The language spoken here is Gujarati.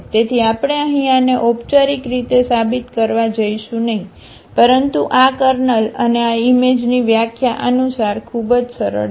તેથી આપણે અહીં આને ઔપચારિક રીતે સાબિત કરવા જઈશું નહીં પરંતુ આ કર્નલ અને આ ઈમેજ ની વ્યાખ્યા અનુસાર ખૂબ જ સરળ છે